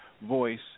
voice